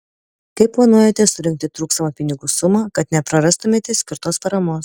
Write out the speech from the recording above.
kaip planuojate surinkti trūkstamą pinigų sumą kad neprarastumėte skirtos paramos